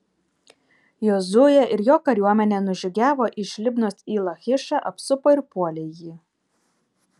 jozuė ir jo kariuomenė nužygiavo iš libnos į lachišą apsupo ir puolė jį